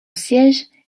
siège